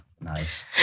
Nice